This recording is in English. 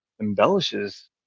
embellishes